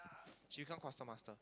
she become quartermaster